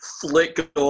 flick